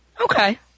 Okay